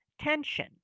tension